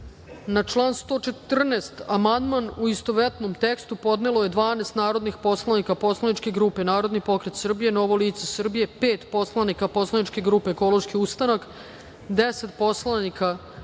član 114. amandman u istovetnom tekstu podnelo je 12 narodnih poslanika poslaničke grupe Narodni pokret Srbije-Novo lice Srbije, pet poslanika poslaničke grupe Ekološki ustanak, 10 poslanika